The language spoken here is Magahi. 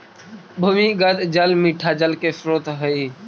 भूमिगत जल मीठा जल के स्रोत हई